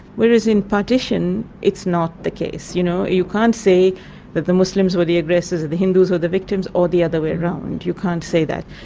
whereas in partition, it's not the case. you know, you can't say that the muslims were the aggressors and the hindus were the victims, or the other way round, you can't say that.